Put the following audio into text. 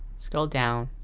scroll down,